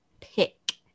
pick